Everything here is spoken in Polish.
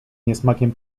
niesmakiem